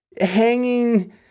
hanging